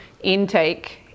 intake